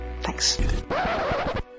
Thanks